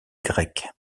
grecque